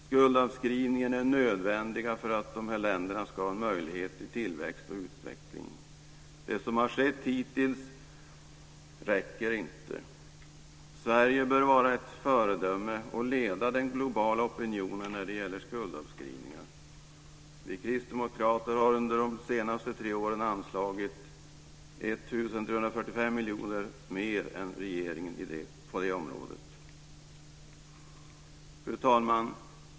Skuldavskrivningen är nödvändig för att dessa länder ska ha möjlighet till tillväxt och utveckling. Det som har skett hittills räcker inte. Sverige bör vara ett föredöme och leda den globala opinionen när det gäller skuldavskrivningen. Vi kristdemokrater har under de senaste tre åren anslagit 1 345 miljoner kronor mer än regeringen inom detta område. Fru talman!